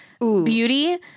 beauty